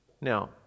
Now